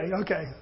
okay